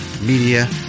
media